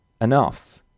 enough